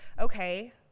okay